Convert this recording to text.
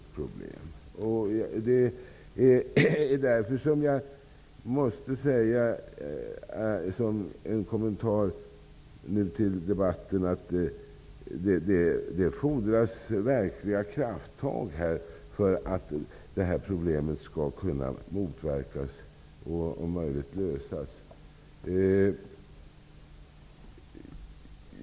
Det är därför som jag måste säga, som en kommentar till debatten, att det fordras verkliga krafttag för att problemet skall kunna motverkas och om möjligt lösas.